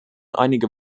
einige